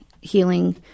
healing